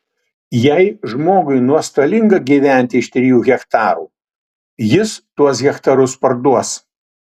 jei žmogui nuostolinga gyventi iš trijų hektarų jis tuos hektarus parduos